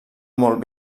molt